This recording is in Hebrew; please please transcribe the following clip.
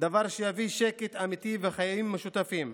דבר שיביא שקט אמיתי וחיים משותפים.